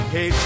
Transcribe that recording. Hey